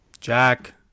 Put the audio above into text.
Jack